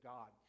God